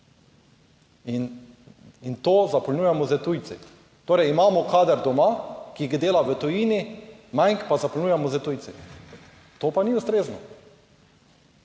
in to zapolnjujemo s tujci, torej imamo kader doma, ki dela v tujini, manj pa zapolnjujemo s tujci. To pa ni ustrezno.